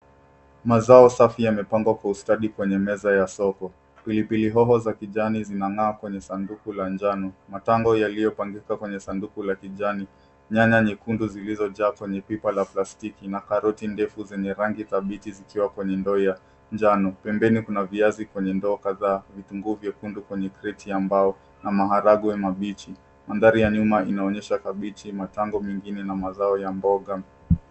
Mazao safi ya kilimo yamepangwa kwa ustadi kwenye meza ya soko. Pilipili hoho za kijani zimewekwa kwenye sanduku la njano. Matango yamepangwa kwenye sanduku la kijani. Nyanya nyekundu zimejaa kwenye chombo cha plastiki, na karoti ndefu zenye rangi ya machungwa zipo kwenye sanduku la njano. Pembeni kuna viazi kwenye sanduku zenye rangi ya kahawia pamoja na maharagwe mabichi. Mandhari inaonyesha kabichi, matango mengine na mazao mengine ya kigeni.